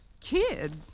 Kids